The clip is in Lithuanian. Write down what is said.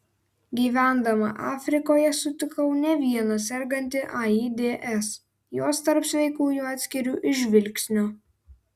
gyvendama afrikoje sutikau ne vieną sergantį aids juos tarp sveikųjų atskiriu iš žvilgsnio